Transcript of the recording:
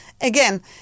again